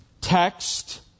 text